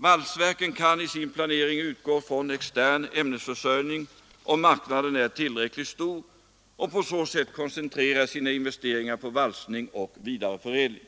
Valsverken kan i sin planering utgå från extern ämnesförsörjning, om marknaden är tillräckligt stor, och på så sätt koncentrera sina investeringar på valsning och vidareförädling.